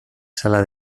sala